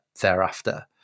thereafter